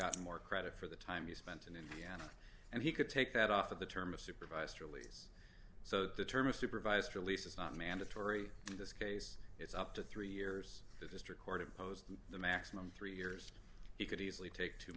gotten more credit for the time he spent in indiana and he could take that off of the term of supervised release so the term of supervised release is not mandatory in this case it's up to three years the district court of posed the maximum three years he could easily take two